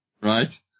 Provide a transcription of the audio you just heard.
Right